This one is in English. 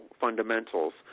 fundamentals